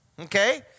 okay